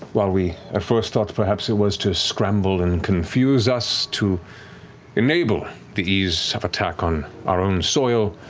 while we at first thought perhaps it was to scramble and confuse us, to enable the ease of attack on our own soil,